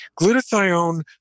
glutathione